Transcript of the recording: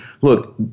look